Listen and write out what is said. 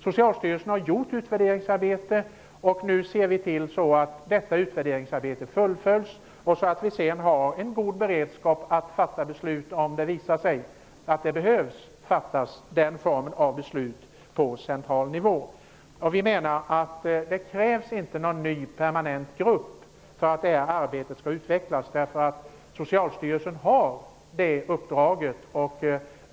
Socialstyrelsen har gjort ett utvärderingsarbete, och nu ser vi till att detta utvärderingsarbete fullföljs och att vi har en god beredskap att fatta beslut, om det visar sig att det behövs fattas beslut på central nivå. Vi menar att det inte krävs någon ny permanent grupp för att arbetet skall utvecklas, därför att Socialstyrelsen har det uppdraget.